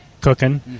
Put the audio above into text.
cooking